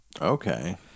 Okay